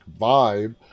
vibe